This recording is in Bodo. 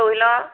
औ हेल्ल'